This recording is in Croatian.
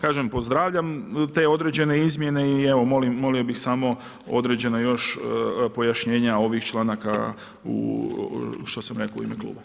Kažem pozdravljam te određene izmjene i evo molio bi samo određena još pojašnjenja ovih članaka što sam rekao i n klubu.